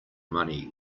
money